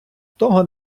того